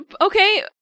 okay